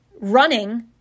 running